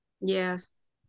yes